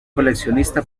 coleccionista